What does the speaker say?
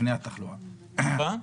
לפני התחלואה, כן.